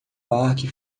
parque